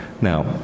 Now